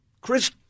Chris